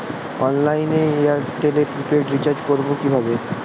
অনলাইনে এয়ারটেলে prepaid recharge করবো কিভাবে?